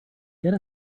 get